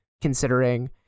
considering